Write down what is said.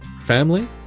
Family